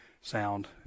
sound